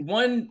one